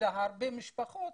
להרבה משפחות